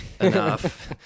enough